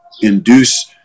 induce